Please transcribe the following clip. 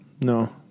No